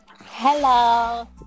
Hello